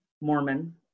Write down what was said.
Mormon